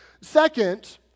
Second